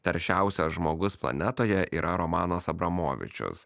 taršiausias žmogus planetoje yra romanas abramovičius